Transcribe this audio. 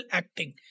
acting